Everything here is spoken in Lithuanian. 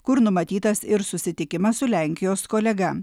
kur numatytas ir susitikimas su lenkijos kolega